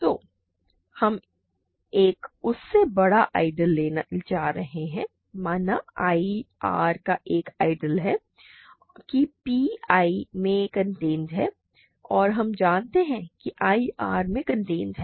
तो हम एक उससे बड़ा आइडियल लेने जा रहे हैं माना I R का एक आइडियल है कि P I में कॉन्टेंड है और हम जानते हैं कि I R में कॉन्टेंड है